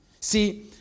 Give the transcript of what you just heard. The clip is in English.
See